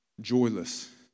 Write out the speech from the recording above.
joyless